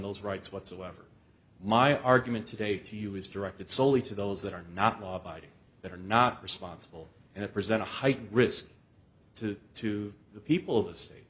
those rights whatsoever my argument today to you is directed soley to those that are not law abiding that are not responsible and present a heightened risk to to the people of the state